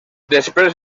després